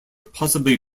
possibly